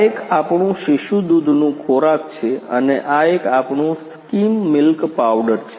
આ એક આપણું શિશુ દૂધનું ખોરાક છે અને આ એક આપણું સ્કિમ મિલ્ક પાવડર છે